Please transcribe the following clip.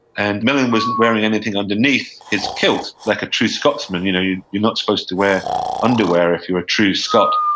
and millin wasn't wearing anything underneath his kilt, like a true scotsman. you know you're you're not supposed to wear underwear if you're a true scot,